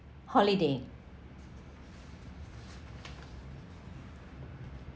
holiday